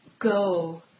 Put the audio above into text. go